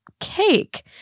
cake